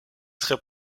très